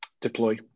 deploy